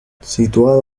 situado